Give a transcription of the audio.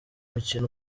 mukino